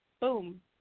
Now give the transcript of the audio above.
Boom